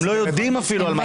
הם לא יודעים אפילו.